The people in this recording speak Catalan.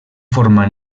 forma